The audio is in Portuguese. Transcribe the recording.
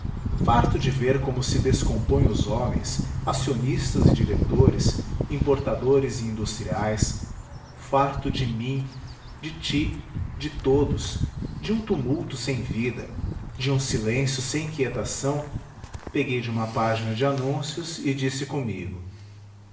farto de ver como se descompõem os homens acionistas e diretores importadores e industriais farto de mim de ti de todos de um tumulto sem vida de um silêncio sem quietação peguei de uma página de anúncios e disse comigo